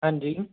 ਹਾਂਜੀ